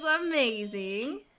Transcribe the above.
amazing